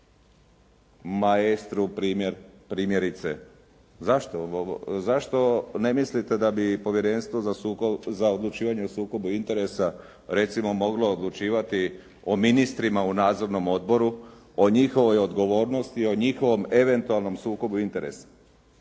“Maestru“ primjerice. Zašto ne mislite da bi Povjerenstvo za odlučivanje o sukobu interesa recimo moglo odlučivati o ministrima u nadzornom odboru, o njihovoj odgovornosti, o njihovom eventualnom sukobu interesa